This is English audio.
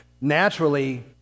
Naturally